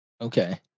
Okay